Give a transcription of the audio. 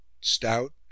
stout